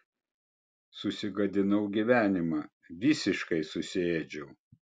susigadinau gyvenimą visiškai susiėdžiau